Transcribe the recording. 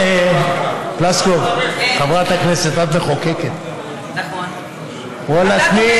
חברת הכנסת פלוסקוב, את מחוקקת.